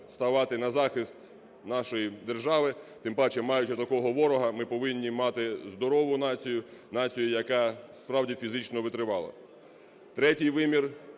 ставати на захист нашої держави, тим паче, маючи такого ворога, ми повинні мати здорову націю, націю, яка справді фізично витривала. Третій вимір